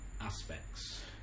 aspects